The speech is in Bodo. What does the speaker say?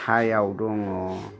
चायाव दङ